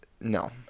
No